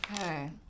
Okay